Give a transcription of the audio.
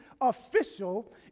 official